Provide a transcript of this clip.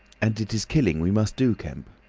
and it is killing we must do, kemp.